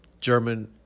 German